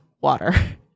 water